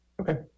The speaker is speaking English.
okay